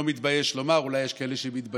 לא מתבייש לומר, אולי יש כאלה שמתביישים,